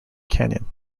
canyon